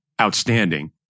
outstanding